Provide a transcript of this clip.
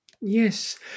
Yes